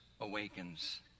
Awakens